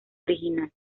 original